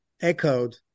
echoed